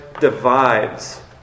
divides